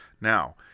Now